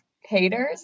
haters